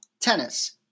tennis